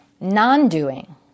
non-doing